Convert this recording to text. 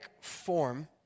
form